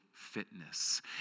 fitness